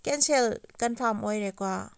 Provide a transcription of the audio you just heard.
cancel confirm ꯑꯣꯏꯔꯦꯀꯣ